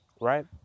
Right